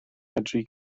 medru